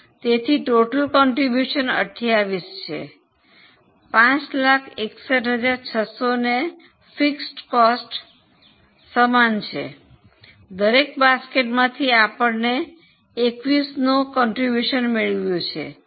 તેથી કુલ ફાળો 28 છે 561600 સ્થિર ખર્ચનો સમાન છે દરેક બાસ્કેટમાંથી આપણ ને 21 નું ફાળો મેળવ્યું છે